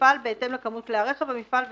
המפעל בהתאם לכמות כלי הרכב של המפעל ולסוגם.